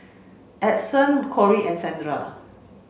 Adyson Corrie and Sandra